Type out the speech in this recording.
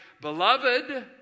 Beloved